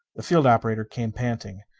the field operator came panting.